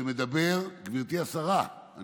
שמדבר גברתי השרה,